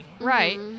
right